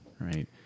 right